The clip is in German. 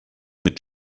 mit